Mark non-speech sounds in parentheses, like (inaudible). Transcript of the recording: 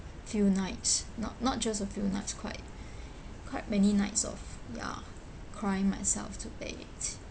few nights not not just a few nights quite (breath) quite many nights of ya crying myself to bed